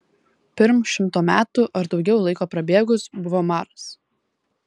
pirm šimto metų ar daugiau laiko prabėgus buvo maras